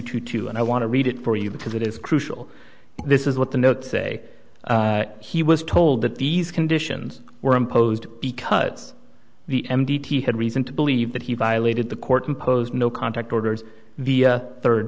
to two and i want to read it for you because it is crucial this is what the notes say he was told that these conditions were imposed because the m d t had reason to believe that he violated the court imposed no contact orders via third